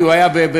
כי הוא היה בפריז,